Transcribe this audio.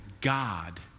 God